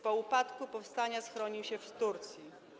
Po upadku powstania schronił się w Turcji.